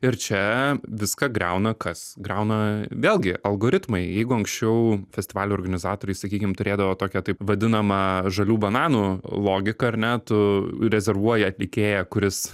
ir čia viską griauna kas griauna vėlgi algoritmai jeigu anksčiau festivalio organizatoriai sakykim turėdavo tokią taip vadinamą žalių bananų logiką ar ne tu rezervuoji atlikėją kuris